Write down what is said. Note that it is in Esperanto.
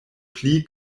pli